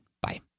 Bye